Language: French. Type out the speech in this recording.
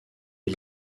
est